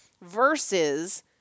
versus